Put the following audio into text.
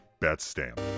Betstamp